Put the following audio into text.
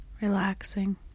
relaxing